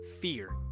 fear